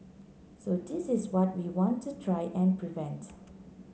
so this is what we want to try and prevent